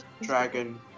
Dragon